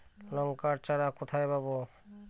লঙ্কার চারা কোথায় পাবো?